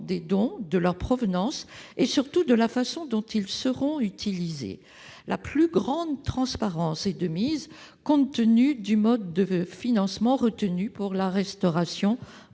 des dons, de leur provenance et, surtout, de la façon dont ils seront utilisés. La plus grande transparence est de mise, compte tenu du mode de financement retenu pour la restauration